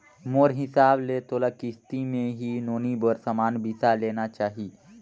मोर हिसाब ले तोला किस्ती मे ही नोनी बर समान बिसा लेना चाही